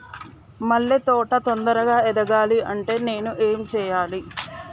మల్లె తోట తొందరగా ఎదగాలి అంటే నేను ఏం చేయాలి?